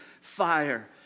fire